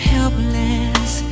Helpless